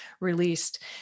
released